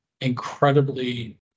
incredibly